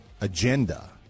agenda